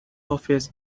office